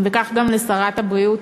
וכך גם לשרת הבריאות,